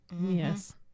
yes